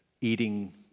eating